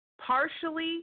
partially